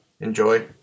Enjoy